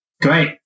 great